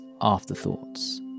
Afterthoughts